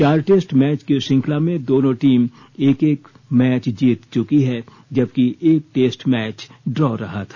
चार test match की श्रृंखला में दोनों टीम एक एक मैच जीत चुकी है जबकि एक टेस्ट मैच ड्रा रहा था